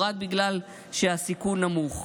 רק בגלל שהסיכון נמוך.